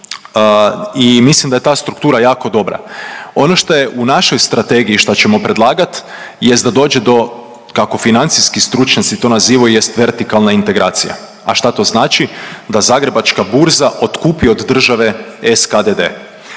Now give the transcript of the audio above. i mislim da je ta struktura jako dobra. Ono što je u našoj strategiji, što ćemo predlagat jest da dođe do kako financijski stručnjaci to nazivaju jest vertikalna integracija. A šta to znači? Da Zagrebačka burza otkupi od države SKDD.